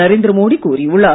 நரேந்திர மோடி கூறியுள்ளார்